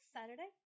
Saturday